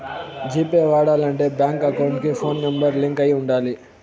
G pay వాడాలంటే bank account కి phone number link అయి ఉండాలి